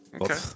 Okay